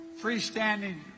freestanding